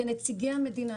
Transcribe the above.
כנציגי המדינה,